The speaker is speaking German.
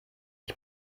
ich